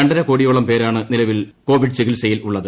രണ്ടർക്കോടിയോളം പേരാണ് നിലവിൽ കോവിഡ് ചികിത്സയിലുള്ളത്